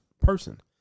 person